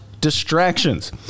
distractions